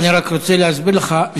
אני רק רוצה להסביר לך,